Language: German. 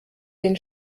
den